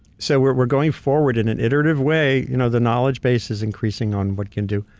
so we're we're going forward in an iterative way. you know the knowledge base is increasing on what can do.